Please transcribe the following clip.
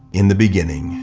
in the beginning,